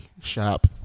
shop